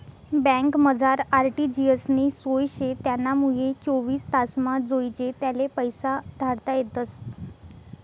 बँकमझार आर.टी.जी.एस नी सोय शे त्यानामुये चोवीस तासमा जोइजे त्याले पैसा धाडता येतस